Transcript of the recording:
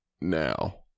now